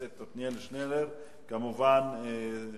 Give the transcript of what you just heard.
והרווחה לאישורה לקריאה שנייה ולקריאה שלישית.